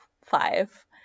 five